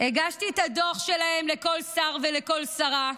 הגשתי את הדוח שלהם לכל שר ולכל שרה,